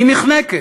היא נחנקת,